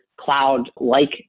cloud-like